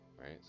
right